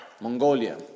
Mongolia